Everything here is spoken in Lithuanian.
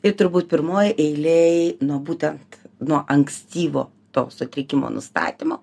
ir turbūt pirmoj eilėj nu būtent nuo ankstyvo to sutrikimo nustatymo